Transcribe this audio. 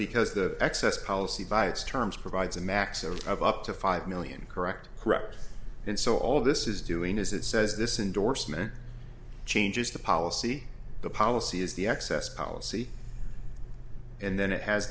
because the excess policy by its terms provides a maximum of up to five million correct correct and so all this is doing is it says this indorsement changes the policy the policy is the access policy and then